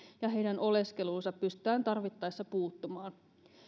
ja heidän oleskeluunsa pystytään tarvittaessa puuttumaan